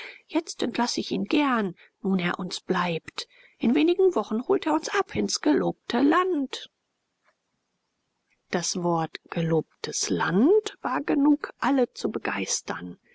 jetzt entlaß ich ihn gern nun er uns bleibt in wenigen wochen holt er uns ab ins gelobte land heinrich zschokke das wort gelobtes land war genug alle zu begeistern